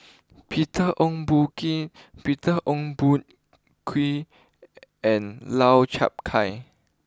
Peter Ong Boon King Peter Ong Boon Kwee and Lau Chiap Khai